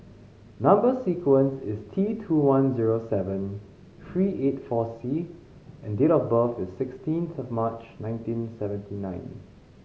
number sequence is T two one zero seven three eight four C and date of birth is sixteenth of March nineteen seventy nine